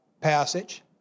passage